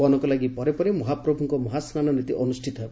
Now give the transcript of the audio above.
ବନକଲାଗି ପରେ ପରେ ମହାପ୍ରଭୁଙ୍କ ମହାସ୍ନାନ ନୀତି ଅନୁଷ୍ଟିତ ହେବ